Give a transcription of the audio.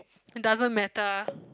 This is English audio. doesn't matter lah